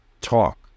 talk